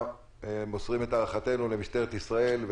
אנחנו מוסרים את הערכתנו למשטרת ישראל,